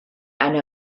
eine